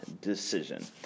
decision